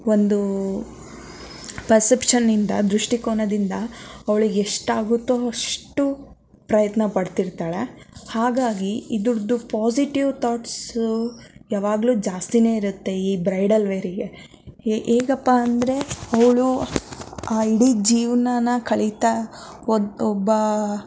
ಒಂದು ಪಸೆಪ್ಶನಿಂದ ದೃಷ್ಟಿಕೋನದಿಂದ ಅವಳಿಗೆ ಎಷ್ಟಾಗುತ್ತೋ ಅಷ್ಟು ಪ್ರಯತ್ನ ಪಡ್ತಿರ್ತಾಳೆ ಹಾಗಾಗಿ ಇದರ್ದು ಪಾಸಿಟಿವ್ ಥಾಟ್ಸು ಯಾವಾಗಲೂ ಜಾಸ್ತಿಯೇ ಇರತ್ತೆ ಈ ಬ್ರೈಡಲ್ ವೇರಿಗೆ ಹೇಗಪ್ಪ ಅಂದರೆ ಅವಳು ಆ ಇಡೀ ಜೀವನಾನ ಕಳಿತಾ ಒದ್ ಒಬ್ಬ